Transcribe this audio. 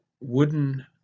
wooden